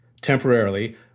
temporarily